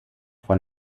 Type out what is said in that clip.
von